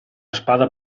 spada